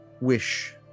wish